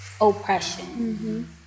oppression